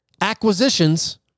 acquisitions